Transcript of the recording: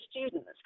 students